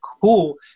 cool